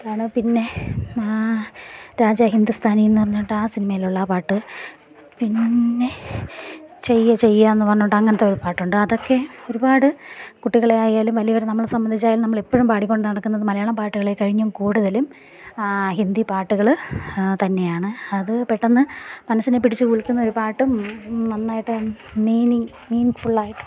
ആണ് പിന്നെ രാജാഹിന്ദുസ്ഥാനി എന്നുപറഞ്ഞിട്ട് ആ സിനിമയിലുള്ള പാട്ട് പിന്നെ ചെയ്യചെയ്യാ എന്നുപറഞ്ഞിട്ട് അങ്ങനെത്തെ ഒരു പാട്ടുണ്ട് അതൊക്കെ ഒരുപാട് കുട്ടികളെയായാലും വലിയവരെ നമ്മളെ സംബന്ധിച്ചായാലും നമ്മൾ എപ്പഴും പാടിക്കൊണ്ട് നടക്കുന്നത് മലയാളം പാടുകളെക്കഴിഞ്ഞും കൂടുതലും ഹിന്ദി പാട്ടുകൾ തന്നെയാണ് അത് പെട്ടെന്ന് മനസ്സിനെ പിടിച്ച് കുലുക്കുന്ന ഒരു പാട്ടും നന്നായിട്ട് മീനിംഗ് മീനിംഗ്ഫുള്ള് ആയിട്ടുള്ള